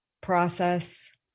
process